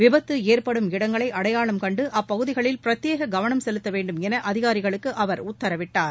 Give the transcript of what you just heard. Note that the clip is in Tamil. விபத்து ஏற்படும் இடங்களை அடையாளம் கண்டு அப்பகுதிகளில் பிரத்யேக கவனம் செலுத்த வேண்டுமென அதிகாரிகளுக்கு அவர் உத்தரவிட்டார்